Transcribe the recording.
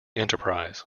enterprise